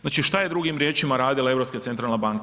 Znači, šta je drugim riječima radila Europska centralna banka?